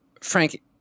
Frank